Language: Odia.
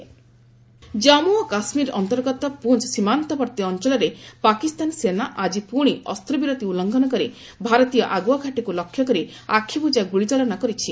ଜେକେ ସିଜ୍ଫାୟାର ଭାଓଲେସନ ଜାମ୍ମୁ ଓ କାଶ୍ମୀର ଅନ୍ତର୍ଗତ ପୁଞ୍ଚ୍ ସୀମାନ୍ତବର୍ତ୍ତୀ ଅଞ୍ଚଳରେ ପାକିସ୍ତାନ ସେନା ଆଜି ପୁଣି ଅସ୍ତ୍ରବିରତି ଉଲ୍ଲୁଂଘନ କରି ଭାରତୀୟ ଆଗୁଆଘାଟୀକୁ ଲକ୍ଷ୍ୟ କରି ଆଖିବୁଜା ଗୁଳିଚାଳନା କରିଛି